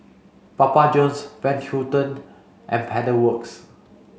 Papa Johns Van Houten and Pedal Works